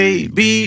Baby